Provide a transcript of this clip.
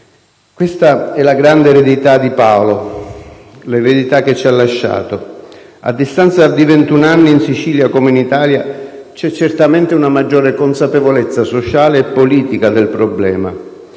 Questa è la grande eredità di Paolo, l'eredità che ci ha lasciato. A distanza di ventuno anni, in Sicilia come in Italia, c'è certamente una maggiore consapevolezza sociale e politica del problema.